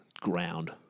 Ground